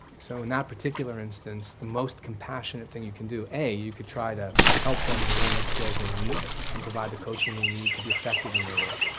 so in that particular instance, the most compassionate thing you can do, a, you could try to help them learn the skills they need and provide the coaching they need to be effective in the role.